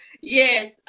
yes